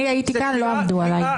אני הייתי כאן, לא עבדו עלי.